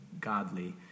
godly